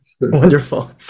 Wonderful